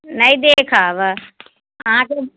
नहि देखब अहाँकेँ